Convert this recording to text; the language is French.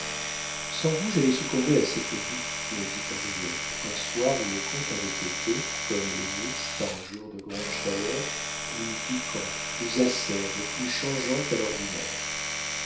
sans vous j'allais succomber à cette vie me dit henriette un soir où le comte avait été comme les mouches par un jour de grande chaleur plus piquant plus acerbe plus changeant qu'à l'ordinaire